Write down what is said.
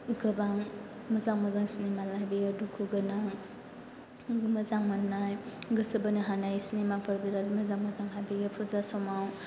गोबां मोजां मोजां सिनेमा लाबोयो दुखु गोनां मोजां मोननाय गोसो बोनो हानाय सिनेमाफोर बिराद मोजां मोजां लाबोयो फुजा समाव